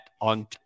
on